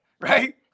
right